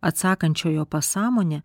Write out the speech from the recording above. atsakančiojo pasąmonė